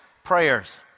prayers